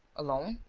alone?